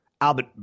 Albert